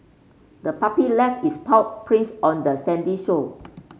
the puppy left its paw prints on the sandy shore